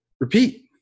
repeat